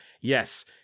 yes